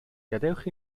gadewch